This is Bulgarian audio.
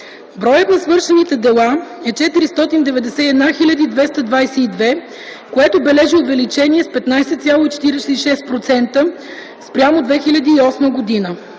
Броят на свършените дела е 491 хил. 222, което бележи увеличение с 15,46% спрямо 2008 г.